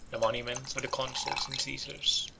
the monuments of the consuls and caesars,